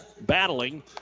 battling